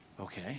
okay